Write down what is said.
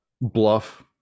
Bluff